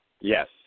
Yes